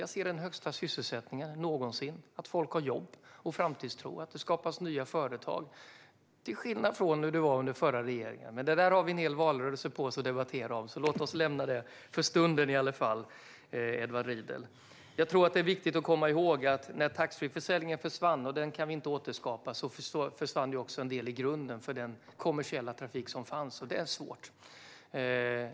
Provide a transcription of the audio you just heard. Jag ser den högsta sysselsättningen någonsin, att folk har jobb och framtidstro och att det skapas nya företag - till skillnad från hur det var under förra regeringen. Men det har vi en hel valrörelse på oss att debattera, Edward Riedl, så låt oss lämna det - för stunden i alla fall. Jag tror att det är viktigt att komma ihåg att när taxfreeförsäljningen försvann - och den kan vi inte återskapa - försvann också en del av grunden för den kommersiella trafik som fanns, och det gör det svårt.